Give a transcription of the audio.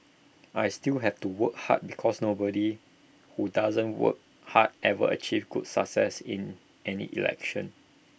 I still have to work hard because nobody who doesn't work hard ever achieves good success in any election